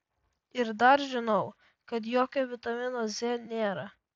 ir dar žinau kad jokio vitamino z nėra